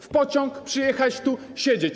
W pociąg, przyjechać tu, siedzieć.